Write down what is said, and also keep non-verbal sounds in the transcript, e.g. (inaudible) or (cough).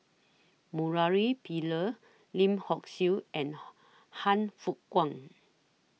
Murali Pillai Lim Hock Siew and (noise) Han Fook Kwang